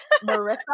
Marissa